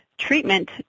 treatment